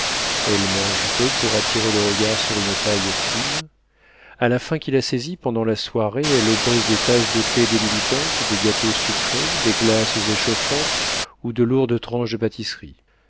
elle mange peu pour attirer le regard sur une taille fine à la faim qui la saisit pendant la soirée elle oppose des tasses de thé débilitantes des gâteaux sucrés des glaces échauffantes ou de lourdes tranches de pâtisseries